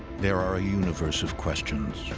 there are universe of questions.